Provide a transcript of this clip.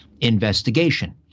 investigation